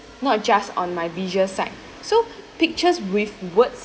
not just on my visual side so pictures with words